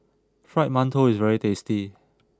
Fried Mantou is very tasty